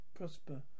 prosper